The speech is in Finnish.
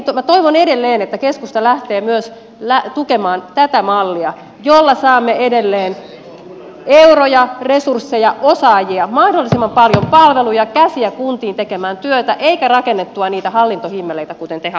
minä toivon edelleen että keskusta lähtee myös tukemaan tätä mallia jolla saamme edelleen euroja resursseja osaajia mahdollisimman paljon palveluja käsiä kuntiin tekemään työtä eikä rakennettua niitä hallintohimmeleitä kuten te haluatte